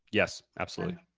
yes. absolutely.